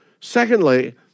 Secondly